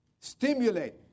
stimulate